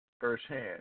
firsthand